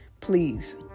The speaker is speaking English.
please